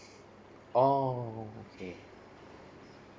oh okay